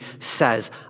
says